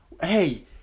hey